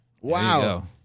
Wow